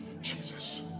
Jesus